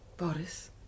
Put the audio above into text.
Boris